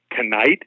tonight